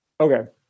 Okay